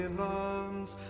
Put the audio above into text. lands